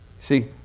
See